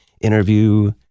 interview